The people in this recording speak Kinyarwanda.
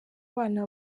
abana